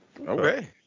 Okay